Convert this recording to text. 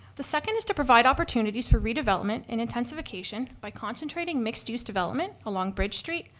the second is to provide opportunities for redevelopment and intensification by concentrating mixed use development along bridge street,